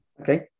Okay